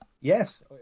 yes